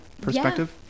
perspective